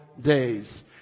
Days